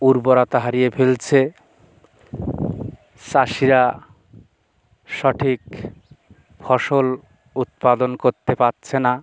উর্বরতা হারিয়ে ফেলছে চাষিরা সঠিক ফসল উৎপাদন করতে পারছে না